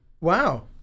wow